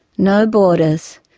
no borders,